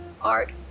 art